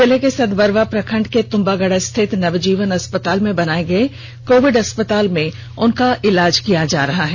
जिले के सतबरवा प्रखंड के तुम्बागढ़ा स्थित नवजीवन अस्पताल में बनाये गये कोविड अस्पताल में उनका इलाज चल रहा है